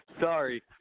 Sorry